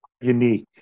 unique